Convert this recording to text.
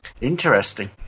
interesting